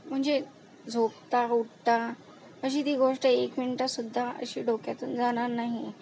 म्हणजे झोपता उठता अशी ती गोष्ट एक मिनिटसुद्धा अशी डोक्यातून जाणार नाही